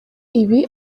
ibi